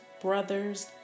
brothers